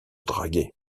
draguer